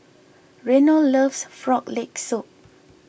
Reno loves Frog Leg Soup